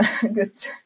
good